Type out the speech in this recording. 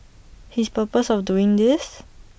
his purpose of doing this